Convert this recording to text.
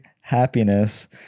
happiness